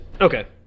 Okay